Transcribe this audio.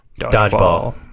Dodgeball